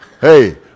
Hey